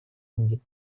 индии